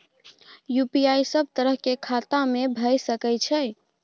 UPI सब तरह के खाता में भय सके छै?